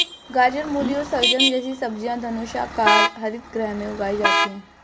गाजर, मूली और शलजम जैसी सब्जियां धनुषाकार हरित गृह में उगाई जाती हैं